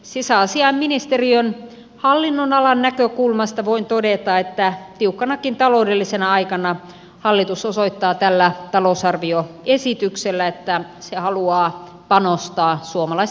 sisäasiainministeriön hallinnonalan näkökulmasta voin todeta että tiukkanakin taloudellisena aikana hallitus osoittaa tällä talousarvioesityksellä että se haluaa panostaa suomalaisten turvallisuuteen